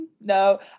no